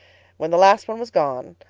when the last one was gone,